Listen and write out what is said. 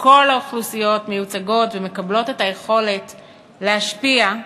שכל האוכלוסיות מיוצגות ומקבלות את היכולת להשפיע,